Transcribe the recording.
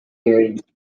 period